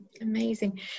amazing